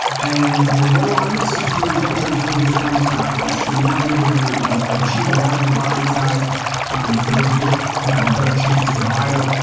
and the warmer, six degree temperatures for the spring stock fish. and we want to be able to achieve a larger body size for those fish to have a better chance of and survival.